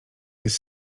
jest